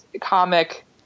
comic